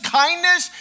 kindness